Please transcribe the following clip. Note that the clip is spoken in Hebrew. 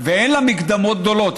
ואין לה מקדמות גדולות,